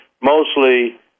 Mostly